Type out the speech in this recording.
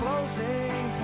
Closing